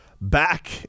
back